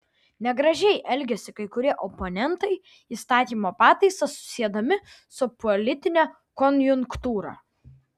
negražiai elgiasi kai kurie oponentai įstatymo pataisas susiedami su politine konjunktūra